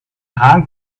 haan